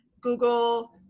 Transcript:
Google